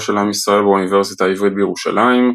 של עם ישראל באוניברסיטה העברית בירושלים,